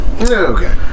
Okay